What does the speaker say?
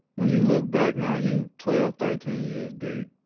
when you look back now you twelve, thirteen years deep,